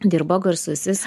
dirba garsusis